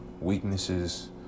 weaknesses